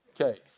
Okay